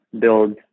build